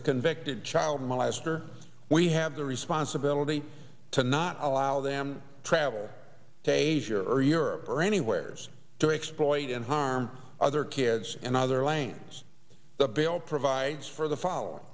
a convicted child molester we have the responsibility to not allow them travel page here or europe or anywhere else to exploit and harm other kids and other lanes the bill provides for the following